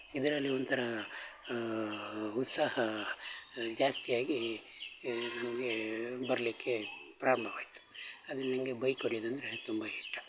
ಇದರಲ್ಲಿ ಒಂಥರ ಉತ್ಸಾಹ ಜಾಸ್ತಿ ಆಗಿ ನಮಗೆ ಬರಲಿಕ್ಕೆ ಪ್ರಾರಂಭವಾಯಿತು ಅದು ನನಗೆ ಬೈಕ್ ಹೊಡ್ಯುದಂದ್ರೆ ತುಂಬ ಇಷ್ಟ